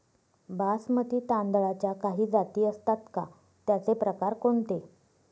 बासमती तांदळाच्या काही जाती असतात का, त्याचे प्रकार कोणते?